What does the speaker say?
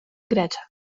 grecia